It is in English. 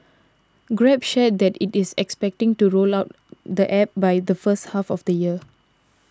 grab shared that it is expecting to roll out the App by the first half of the year